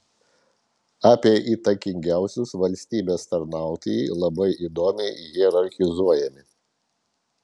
apie įtakingiausius valstybės tarnautojai labai įdomiai hierarchizuojami